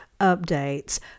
updates